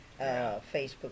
Facebook